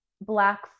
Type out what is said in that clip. black